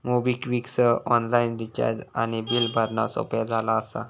MobiKwik सह online recharge आणि bill भरणा सोपा झाला असा